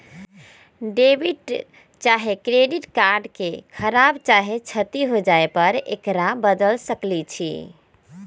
debit चाहे credit card के खराप चाहे क्षति हो जाय पर एकरा बदल सकइ छी